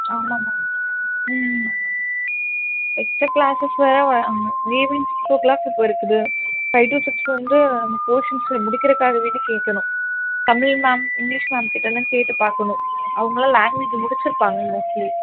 ஆமாம் மேம் ம் extra classes வேறு ஆ ஈவ்னிங் சிக்ஸோ க்ளாக்குக்கு இருக்குது ஃபைவ் டு சிக்ஸ் வந்து போர்ஷன்ஸு முடிக்கிறக்காகவே கேட்கணும் தமிழ் மேம் இங்கிலீஷ் மேம்கிட்ட எல்லாம் கேட்டுப் பார்க்கணும் அவங்கள்லாம் லாங்க்வேஜ் முடிச்சு இருப்பாங்க மோஸ்ட்லி